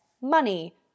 money